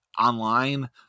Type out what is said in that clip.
Online